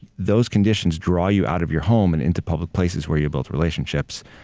those conditions draw you out of your home and into public places where you build relationships.